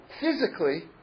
physically